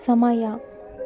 ಸಮಯ